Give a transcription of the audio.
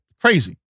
Crazy